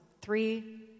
three